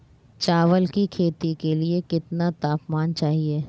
चावल की खेती के लिए कितना तापमान चाहिए?